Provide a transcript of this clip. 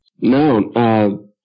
No